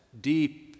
deep